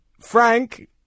Frank